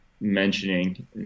mentioning